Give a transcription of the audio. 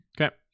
Okay